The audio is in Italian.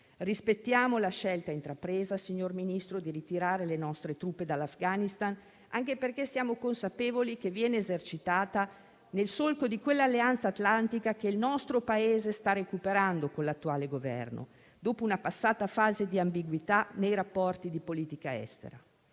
rispettiamo la scelta intrapresa di ritirare le nostre truppe dall'Afghanistan, anche perché siamo consapevoli che viene esercitata nel solco di quell'Alleanza Atlantica che il nostro Paese sta recuperando con l'attuale Governo, dopo una passata fase di ambiguità nei rapporti di politica estera,